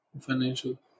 financial